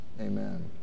Amen